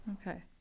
Okay